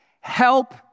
help